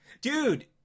Dude